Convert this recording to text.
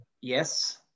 Yes